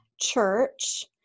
church